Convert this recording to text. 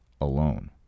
alone